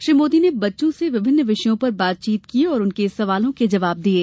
श्री मोदी ने बच्चों से विभिन्न विषयों पर बातचीत की और उनके सवालों के जवाब दिये